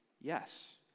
yes